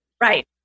right